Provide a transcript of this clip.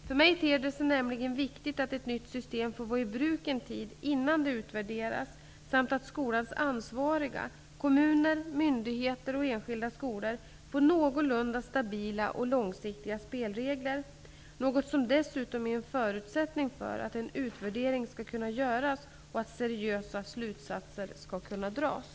För mig ter det sig nämligen viktigt att ett nytt system får vara i bruk en tid innan det utvärderas samt att skolans ansvariga -- kommuner, myndigheter och enskilda skolor -- får någorlunda stabila och långsiktiga spelregler, något som dessutom är en förutsättning för att en utvärdering skall kunna göras och att seriösa slutsatser skall kunna dras.